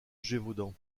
gévaudan